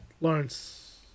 Lawrence